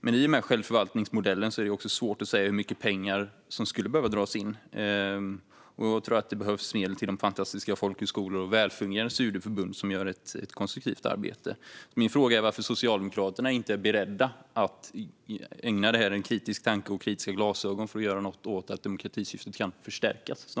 Men i och med självförvaltningsmodellen är det också svårt att säga hur mycket pengar som skulle behöva dras in. Jag tror att det behövs medel till fantastiska folkhögskolor och välfungerande studieförbund som gör ett konstruktivt arbete. Min fråga är varför Socialdemokraterna inte är beredda att ägna det här en kritisk tanke så att demokratisyftet snarare kan förstärkas.